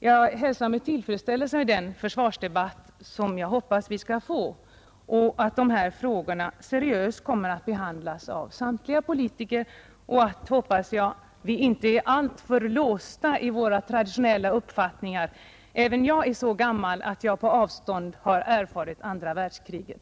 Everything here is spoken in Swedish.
Jag hälsar med tillfredsställelse den försvarsdebatt som jag hoppas vi skall få. Jag hoppas också att dessa frågor seriöst kommer att behandlas av samtliga politiker. Jag vill slutligen hoppas att vi inte skall vara alltför låsta i våra traditionella uppfattningar. Slutligen — även jag är så gammal att jag på avstånd har upplevt andra världskriget.